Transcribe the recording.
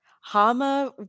Hama